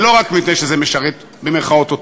זה לא רק מפני שזה "משרת" אותנו,